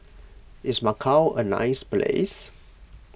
is Macau a nice place